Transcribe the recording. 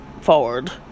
forward